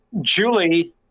Julie